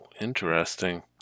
interesting